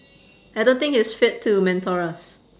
I don't think he's fit to mentor us